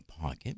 pocket